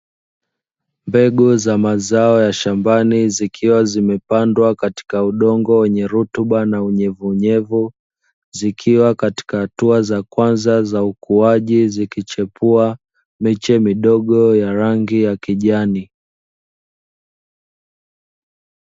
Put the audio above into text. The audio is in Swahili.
Mbegu za mazao ya shambani zikiwa zimepandwa katika udongo wenye rutuba na unyevunyevu, zikiwa katika hatua za kwanza za ukuaji zikichepua miche midogo ya rangi ya kijani.